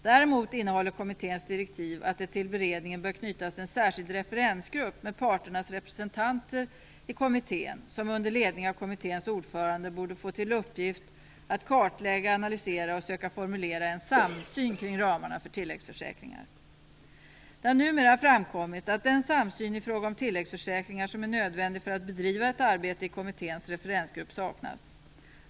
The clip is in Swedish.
Däremot innehåller kommitténs direktiv att det till beredningen bör knytas en särskild referensgrupp med parternas representanter i kommittén, som under ledning av kommitténs ordförande borde få till uppgift att kartlägga, analysera och söka formulera en samsyn kring ramarna för tilläggsförsäkringar. Det har numera framkommit att den samsyn i fråga om tilläggsförsäkringar som är nödvändig för att bedriva ett arbete i kommitténs referensgrupp saknas.